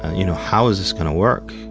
you know, how is this gonna work?